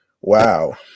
Wow